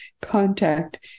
contact